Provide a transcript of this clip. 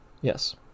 Yes